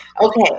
Okay